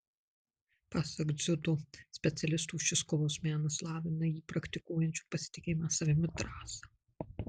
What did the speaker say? pasak dziudo specialistų šis kovos menas lavina jį praktikuojančių pasitikėjimą savimi drąsą